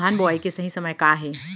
धान बोआई के सही समय का हे?